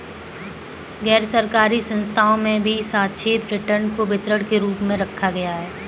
गैरसरकारी संस्थाओं में भी सापेक्ष रिटर्न को वितरण के रूप में रखा जाता है